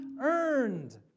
earned